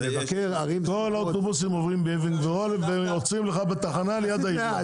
כל האוטובוסים עוברים באבן גבירול ועוצרים לך בתחנה ליד העירייה.